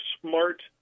Smart